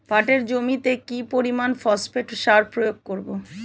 পাটের জমিতে কি পরিমান ফসফেট সার প্রয়োগ করব?